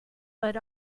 but